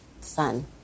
son